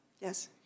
Yes